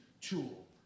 tool